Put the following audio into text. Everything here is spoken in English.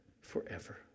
forever